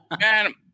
Man